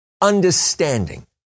understanding